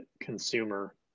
consumer